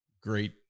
great